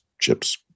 chips